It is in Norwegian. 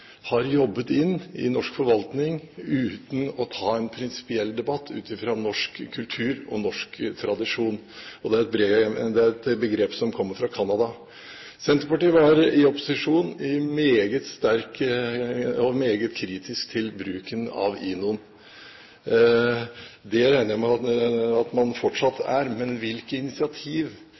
har jobbet inn i norsk forvaltning, uten å ta en prinsipiell debatt ut fra norsk kultur og norsk tradisjon. Det er et begrep som kommer fra Canada. Senterpartiet var i opposisjon meget kritisk til bruken av INON. Det regner jeg med at man fortsatt er. Men hvilke initiativ